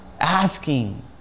asking